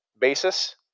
basis